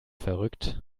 verrückt